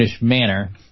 manner